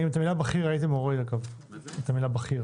אני הייתי מוריד את המילה "בכיר".